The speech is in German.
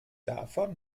davon